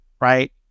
right